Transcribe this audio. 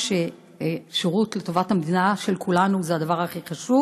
לא פעם בוועדות הכנסת